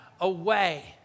away